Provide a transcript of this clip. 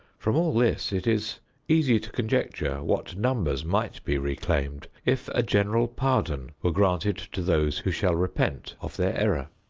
from all this it is easy to conjecture what numbers might be reclaimed if a general pardon were granted to those who shall repent of their error.